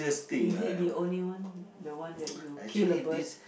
is it the only one the one that you kill a bird